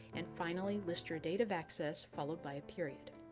and, finally, list your date of access, followed by a period.